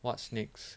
what's next